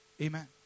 Amen